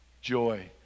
Joy